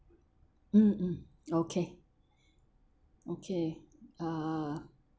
mm mm okay okay uh